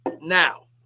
Now